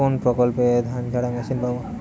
কোনপ্রকল্পে ধানঝাড়া মেশিন পাব?